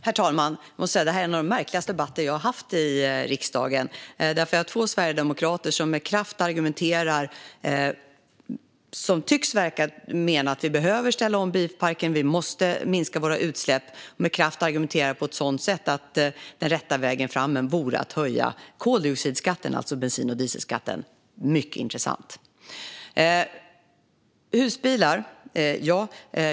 Herr talman! Jag måste säga att det här är en av de märkligaste debatter jag har haft i riksdagen. Det är två sverigedemokrater som tycks mena att vi behöver ställa om bilparken och att vi måste minska våra utsläpp och som argumenterar med kraft som om den rätta vägen framåt vore att höja koldioxidskatten, alltså bensinskatten och dieselskatten. Det är mycket intressant.